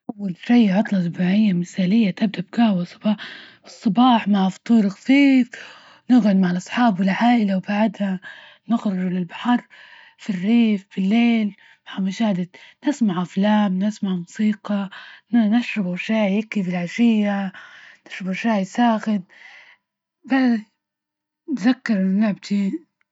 أول شي عطلة سباعية مثالية تبدأ بجهوة مع الصباح مع فطور خفيف، نقعد مع الصحاب والعائلة وبعدها نخرج للبحر في الريف في الليل، نسمع أفلام نسممع موسيقى ن-نشرب هكي في العشية تشربوا شاي ساخن، تذكر ما أبغي.